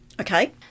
Okay